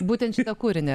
būtent šitą kūrinį